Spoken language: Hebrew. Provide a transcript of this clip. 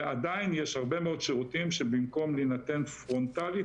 ועדיין יש הרבה מאוד שירותים שבמקום להינתן פרונטלית,